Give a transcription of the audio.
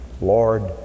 Lord